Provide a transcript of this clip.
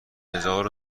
هزار